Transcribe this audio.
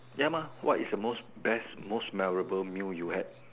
ya mah what is the most best most memorable meal you had